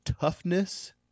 toughness